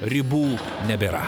ribų nebėra